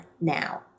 now